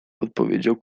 odpowiedział